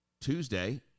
Tuesday